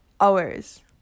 hours